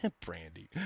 Brandy